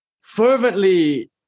fervently